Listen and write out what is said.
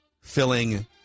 filling